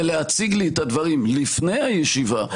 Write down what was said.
ולהציג לי את הדברים לפני הישיבה,